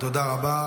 תודה רבה.